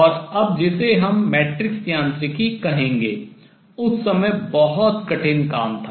और अब जिसे हम मैट्रिक्स यांत्रिकी कहेंगे उस समय बहुत कठिन काम था